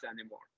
anymore